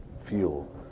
feel